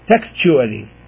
textually